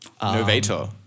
Novator